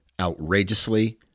outrageously